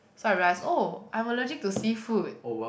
so I realise oh I'm allergic to seafood